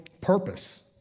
purpose